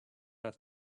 not